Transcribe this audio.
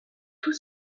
tout